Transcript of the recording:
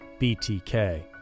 BTK